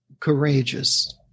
courageous